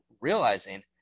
realizing